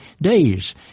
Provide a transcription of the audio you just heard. days